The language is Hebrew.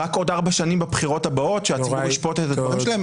רק עוד ארבע שנים בבחירות הבאות שהציבור ישפוט את הדברים שלהם?